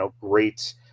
great